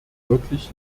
wirklich